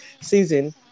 season